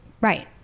right